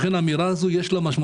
לכן לאמירה הזאת יש משמעות,